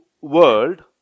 world